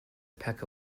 peck